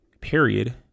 period